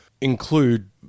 include